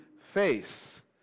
face